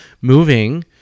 moving